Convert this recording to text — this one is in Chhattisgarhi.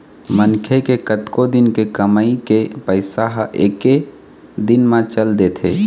मनखे के कतको दिन के कमई के पइसा ह एके दिन म चल देथे